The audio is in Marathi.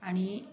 आणि